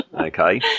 Okay